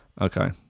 Okay